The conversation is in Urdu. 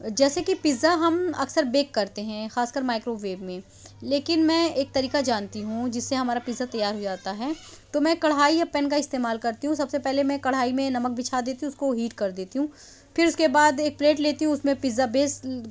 جیسے کہ پزا ہم اکثر بیک کرتے ہیں خاص کر مائیکرو ویب میں لیکن میں ایک طریقہ جانتی ہوں جس سے ہمارا پزا تیار ہو جاتا ہے تو میں کڑھائی یا پین کا استعمال کرتی ہوں سب سے پہلے میں کڑھائی میں نمک بجھا دیتی ہوں اُس کو ہیٹ کر دیتی ہوں پھر اُس کے بعد ایک پیلٹ لیتی ہوں اُس میں پزا بیس